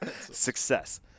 Success